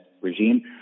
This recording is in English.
regime